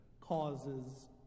causes